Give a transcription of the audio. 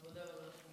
העבודה והרווחה.